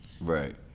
Right